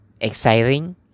exciting